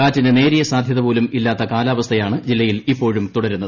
കാറ്റിന് നേരിയ സാധ്യത പോലും ഇല്ലാത്ത കാലാവസ്ഥയാണ് ജില്ലയിൽ ഇപ്പോഴും തുടരുന്നത്